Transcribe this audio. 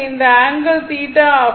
இந்த ஆங்கிள் θ ஆகும்